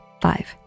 Five